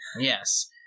Yes